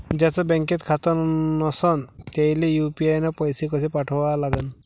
ज्याचं बँकेत खातं नसणं त्याईले यू.पी.आय न पैसे कसे पाठवा लागन?